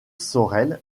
sorel